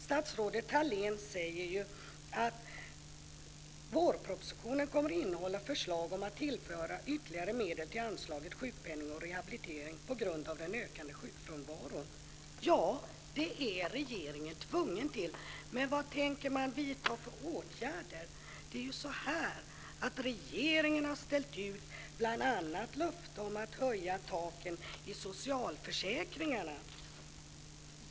Statsrådet Thalén säger att vårpropositionen kommer att innehålla förslag om att man ska tillföra ytterligare medel till anslaget sjukpenning och rehabilitering på grund av den ökande sjukfrånvaron. Regeringen har ju bl.a. lovat att höja taken i socialförsäkringarna.